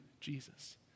Jesus